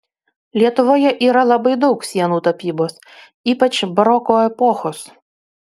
lietuvoje yra labai daug sienų tapybos ypač baroko epochos